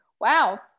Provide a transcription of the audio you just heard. wow